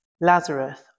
Lazarus